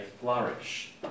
flourish